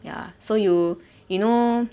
ya so you you know